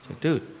dude